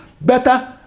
better